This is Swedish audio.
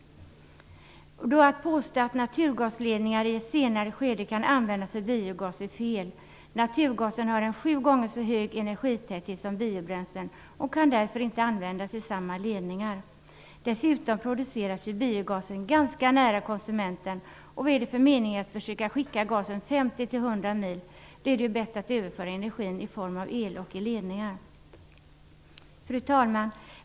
Att påstå att naturgasledningar i ett senare skede kan användas för biogas är fel. Naturgasen har en sju gånger så hög energitäthet som biobränslen och kan därför inte användas i samma ledningar. Dessutom produceras ju biogasen ganska nära konsumenten. Och vad är det för mening att försöka skicka gasen 50-100 mil? Då är det ju bättre att överföra energin i form el i ledningar. Fru talman!